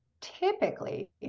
typically